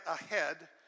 ahead